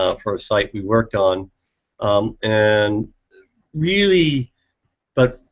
ah for a site we worked on and really but.